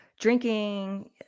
drinking